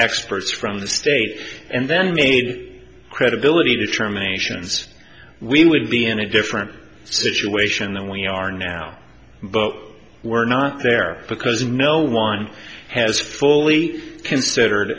experts from the state and then maybe credibility determinations we would be in a different situation than we are now but we're not there because no one has fully considered